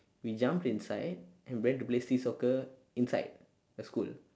we jumped inside and went to play street soccer inside the school